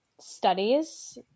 studies